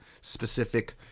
specific